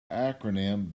acronym